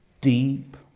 deep